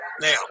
Now